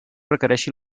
requereixi